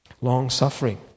long-suffering